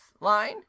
line